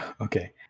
Okay